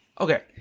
okay